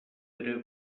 era